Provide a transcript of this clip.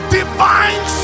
divine